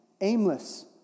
aimless